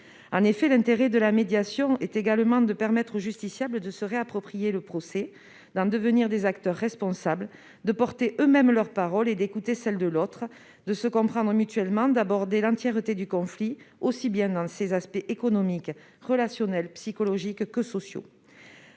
En effet, l'intérêt de la médiation est également de permettre aux justiciables de se réapproprier le procès, d'en devenir des acteurs responsables, de porter eux-mêmes leur parole et d'écouter celle de l'autre. Il s'agit de se comprendre mutuellement, d'aborder l'entièreté du conflit, dans ses aspects aussi bien économiques que relationnels, psychologiques ou sociaux.